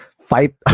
fight